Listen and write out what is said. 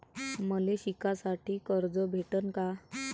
मले शिकासाठी कर्ज भेटन का?